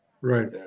Right